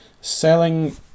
Selling